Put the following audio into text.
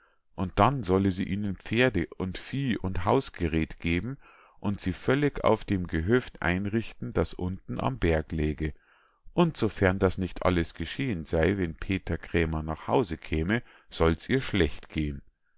und dann solle sie ihnen pferde und vieh und hausgeräth geben und sie völlig auf dem gehöft einrichten das unten am berg läge und sofern das nicht alles geschehen sei wenn peter krämer nach hause käme sollt's ihr schlecht gehen